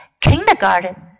Kindergarten